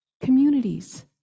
communities